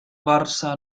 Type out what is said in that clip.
barça